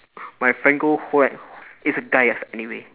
my friend go home it's a guy yes anyway